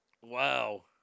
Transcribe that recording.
Wow